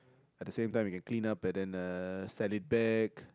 at the same time you can clean up and then uh sell it back